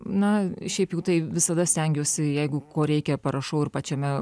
na šiaip jau tai visada stengiuosi jeigu ko reikia parašau ir pačiame